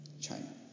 China